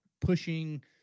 pushing